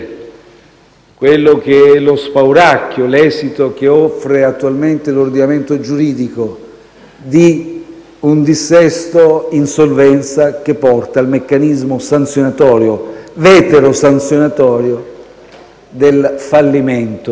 quello che è lo spauracchio, l'esito che offre attualmente l'ordinamento giuridico di un dissesto-insolvenza che porta al meccanismo sanzionatorio - veterosanzionatorio - del fallimento,